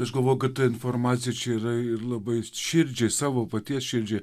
aš galvojau kad ta informacija čia yra labai širdžiai savo paties širdžiai